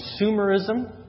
consumerism